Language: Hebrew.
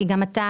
כי גם אתה,